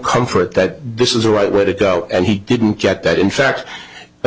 comfort that this is the right way to go and he didn't get that in fact